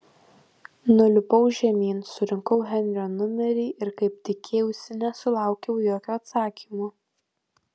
nulipau žemyn surinkau henrio numerį ir kaip tikėjausi nesulaukiau jokio atsakymo